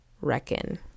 reckon